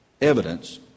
evidence